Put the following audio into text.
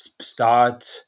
start